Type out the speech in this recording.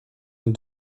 nous